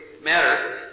matter